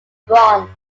bronze